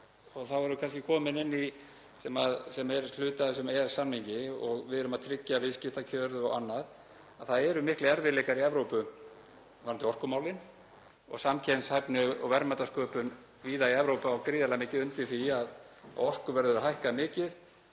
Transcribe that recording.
þá erum við kannski komin inn í það sem er hluti af þessum EES-samningi, og við erum að tryggja viðskiptakjör og annað, að það eru miklir erfiðleikar í Evrópu varðandi orkumálin. Samkeppnishæfni og verðmætasköpun víða í Evrópu á gríðarlega mikið undir því að orkuverð hefur hækkað mikið